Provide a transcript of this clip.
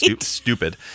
stupid